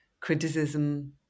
criticism